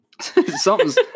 something's